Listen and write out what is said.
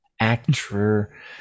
Actor